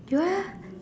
you are